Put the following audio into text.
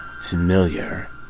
familiar